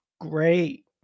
Great